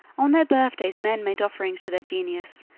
on their birthdays men made offerings to their genius,